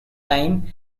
time